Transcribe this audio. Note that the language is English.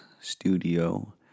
studio